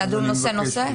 לדון נושא-נושא?